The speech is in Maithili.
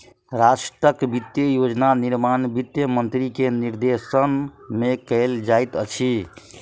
राष्ट्रक वित्तीय योजना निर्माण वित्त मंत्री के निर्देशन में कयल जाइत अछि